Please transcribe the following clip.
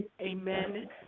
Amen